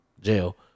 jail